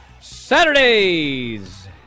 Saturdays